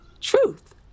truth